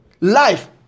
Life